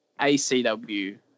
ACW